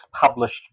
published